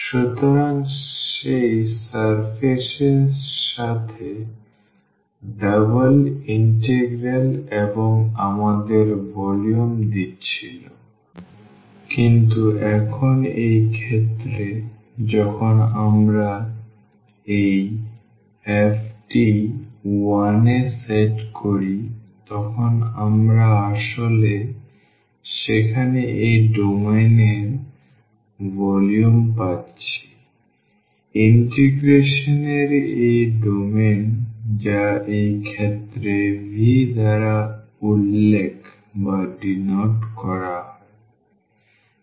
সুতরাং সেই সারফেস এর সাথে ডাবল ইন্টিগ্রাল এবং আমাদের ভলিউম দিচ্ছিল কিন্তু এখন এই ক্ষেত্রে যখন আমরা এই f টি 1 এ সেট করি তখন আমরা আসলে সেখানে এই ডোমেন এর ভলিউম পাচ্ছি ইন্টিগ্রেশন এর ডোমেইন যা এই ক্ষেত্রে V দ্বারা উল্লেখ করা হয়